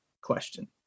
question